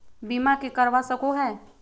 बीमा के करवा सको है?